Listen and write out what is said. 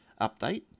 update